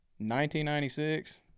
1996